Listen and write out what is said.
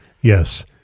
Yes